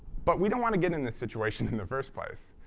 but we don't want to get in this situation in the first place,